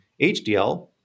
HDL